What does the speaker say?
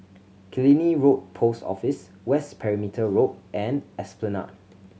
Killiney Road Post Office West Perimeter Road and Esplanade